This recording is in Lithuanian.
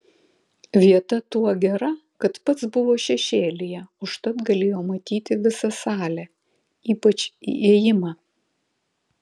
vieta tuo gera kad pats buvo šešėlyje užtat galėjo matyti visą salę ypač įėjimą